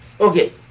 Okay